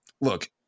Look